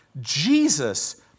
Jesus